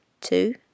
two